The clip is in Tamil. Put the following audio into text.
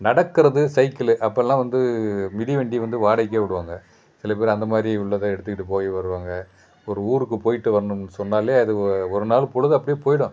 நடக்கிறது சைக்கிளு அப்பெல்லாம் வந்து மிதி வண்டி வந்து வாடகைக்கே விடுவாங்க சில பேர் அந்தமாதிரி உள்ளதை எடுத்துக்கிட்டு போய் வருவாங்க ஒரு ஊருக்கு போய்விட்டு வரணும் சொன்னாலே அது ஒ ஒரு நாள் பொழுது அப்படியே போய்விடும்